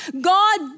God